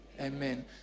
Amen